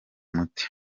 umuti